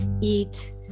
eat